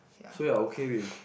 so you're okay with